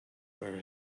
where